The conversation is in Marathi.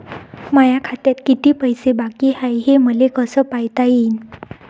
माया खात्यात किती पैसे बाकी हाय, हे मले कस पायता येईन?